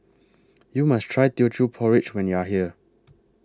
YOU must Try Teochew Porridge when YOU Are here